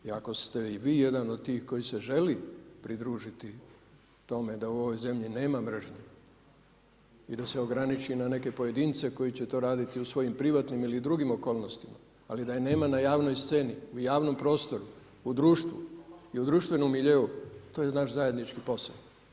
I ako ste i vi jedan od tih koji se želi pridružiti tome da u ovoj zemlji nema mržnje i da se ograniči na neke pojedince koji će to raditi u svojim privatnim ili drugim okolnostima, ali da je nema na javnoj sceni, u javnom prostoru, u društvu i u društvenom miljeu, to je naš zajednički posao.